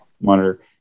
monitor